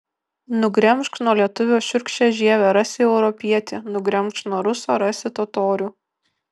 nugremžk nuo lietuvio šiurkščią žievę rasi europietį nugremžk nuo ruso rasi totorių